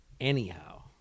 anyhow